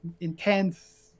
intense